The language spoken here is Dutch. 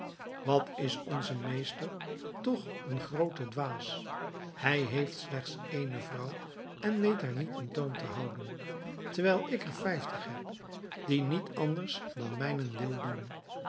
wat is onze meester toch een groote dwaas hij heeft slechts ééne vrouw en weet haar niet in toom te houden terwijl ik er vijftig heb die niet anders dan mijnen wil doen